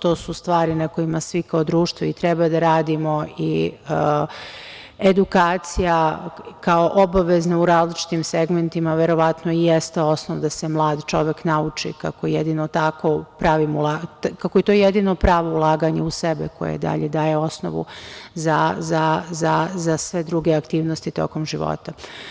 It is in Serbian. to su stvari na kome svi kao društvo treba da radimo i edukacija kao obavezna u različitim segmentima verovatno i jeste osnov da se mlad čovek nauči kako je to jedino pravo ulaganje u sebe koje daje osnovu za sve druge aktivnosti tokom života.